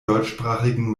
deutschsprachigen